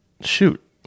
shoot